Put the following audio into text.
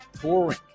Touring